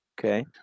Okay